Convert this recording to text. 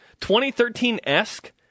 2013-esque